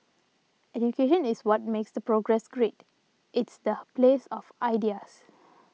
education is what makes the progress great it's the place of ideas